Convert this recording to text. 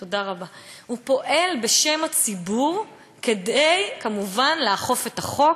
הוא פועל בשם הציבור כמובן כדי לאכוף את החוק,